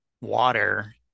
water